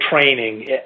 training